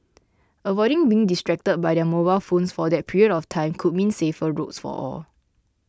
avoiding being distracted by their mobile phones for that period of time could mean safer roads for all